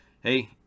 hey